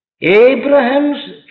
Abraham's